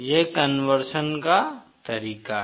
यह कन्वर्शन का तरीका है